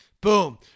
Boom